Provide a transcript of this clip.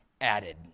added